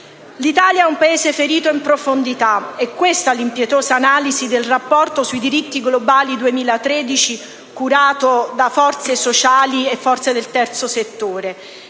L'Italia è un Paese ferito in profondità, è questa l'impietosa analisi del Rapporto sui diritti globali 2013 curato da forze sociali e del terzo settore: